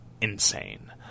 insane